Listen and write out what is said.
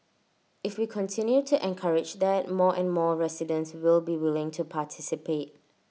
if we continue to encourage that more and more residents will be willing to participate